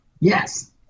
Yes